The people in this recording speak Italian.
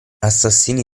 assassini